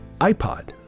iPod